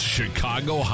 Chicago